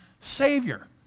Savior